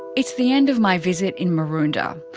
it's the end of my visit in maroondah.